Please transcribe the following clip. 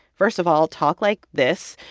first of all, talk like this.